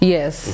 Yes